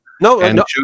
no